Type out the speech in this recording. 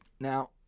now